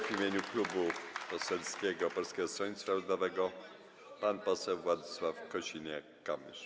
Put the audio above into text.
W imieniu Klubu Parlamentarnego Polskiego Stronnictwa Ludowego - pan poseł Władysław Kosiniak-Kamysz.